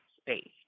space